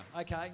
Okay